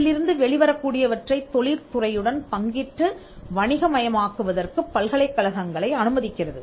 இதிலிருந்து வெளிவரக் கூடியவற்றைத் தொழில் துறையுடன் பங்கிட்டு வணிகமயமாக்குவதற்குப் பல்கலைக்கழகங்களை அனுமதிக்கிறது